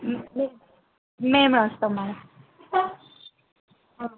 మేము మేము వస్తాం మ్యాడమ్